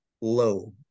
low